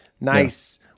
nice